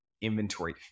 inventory